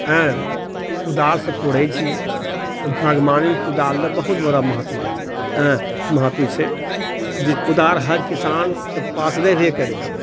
हँ कुदालसँ कोड़ै छिए बागवानीमे तऽ कुदालके बहुत बड़ा महत्व हँ महत्व छै जे कुदाल हर किसानके पास रहबे करै छै